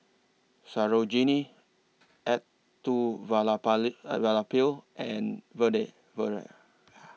Sarojini and Vedre